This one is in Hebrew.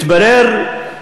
מתברר,